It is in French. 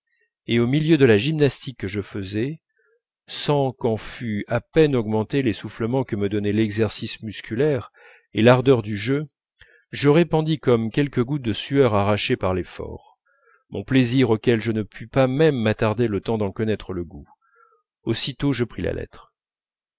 et au milieu de la gymnastique que je faisais sans qu'en fût à peine augmenté l'essoufflement que me donnaient l'exercice musculaire et l'ardeur du jeu je répandis comme quelques gouttes de sueur arrachées par l'effort mon plaisir auquel je ne pus pas même m'attarder le temps d'en connaître le goût aussitôt je pris la lettre